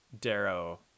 darrow